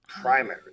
primary